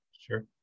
Sure